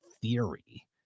theory